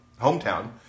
hometown